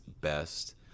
best